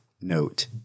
note